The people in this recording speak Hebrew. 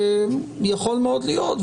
יכול מאוד להיות,